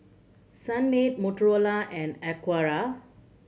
Sunmaid Motorola and Acura